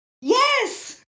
Yes